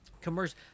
commercial